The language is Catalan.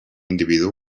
individu